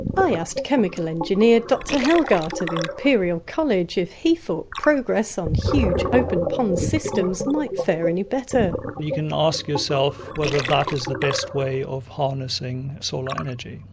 i asked chemical engineer dr hellgardt of imperial college if he thought progress on huge open-pond systems might fare and any better. you can ask yourself whether that is the best way of harnessing solar energy.